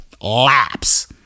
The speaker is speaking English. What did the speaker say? Laps